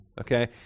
okay